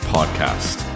Podcast